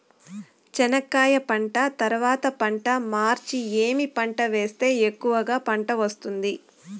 చెనక్కాయ పంట తర్వాత పంట మార్చి ఏమి పంట వేస్తే ఎక్కువగా పంట వస్తుంది?